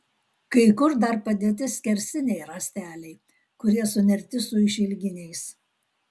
kai kur dar padėti skersiniai rąsteliai kurie sunerti su išilginiais